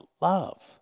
love